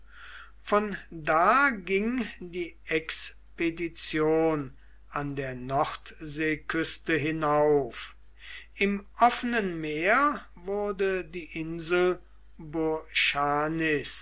von da ging die expedition an der nordseeküste hinauf im offenen meer wurde die insel